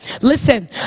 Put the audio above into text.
Listen